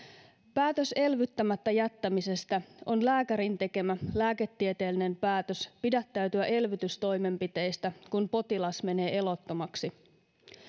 päätös elvyttämättä jättämisestä on lääkärin tekemä lääketieteellinen päätös pidättäytyä elvytystoimenpiteistä kun potilas menee elottomaksi